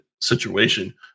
situation